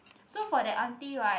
so for that auntie right